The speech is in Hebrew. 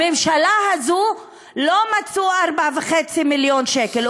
בממשלה הזאת לא מצאו 4.5 מיליון שקל.